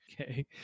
Okay